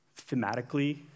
thematically